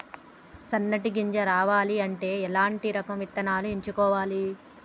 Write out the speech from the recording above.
సన్నటి గింజ రావాలి అంటే ఎలాంటి రకం విత్తనాలు ఎంచుకోవాలి?